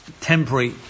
temporary